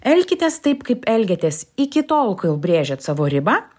elkitės taip kaip elgiatės iki tol kol brėžėt savo ribą